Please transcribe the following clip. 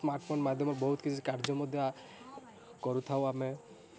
smartphone ମାଧ୍ୟମରେ ବହୁତ କିଛି କାର୍ଯ୍ୟମଧ୍ୟ କରୁଥାଉ ଆମେ